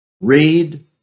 Read